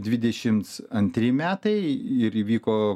dvidešims antri metai ir įvyko